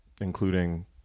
including